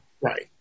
right